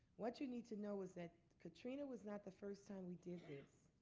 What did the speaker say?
what you need to know is that katrina was not the first time we did this.